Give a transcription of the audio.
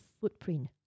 footprint